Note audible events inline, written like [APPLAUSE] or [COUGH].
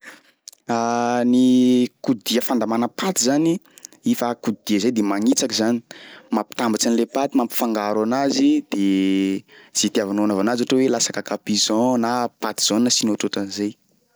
[HESITATION] Ny kodia fandamàna paty zany, i fa kodia zay de magnitsaky zany, mampitambaty an'le paty mampifangaro anazy de zay itiavanao anaovana azy, ohatry hoe lasa cacapigeon na paty jaune sy ny ohatraohatran'izay.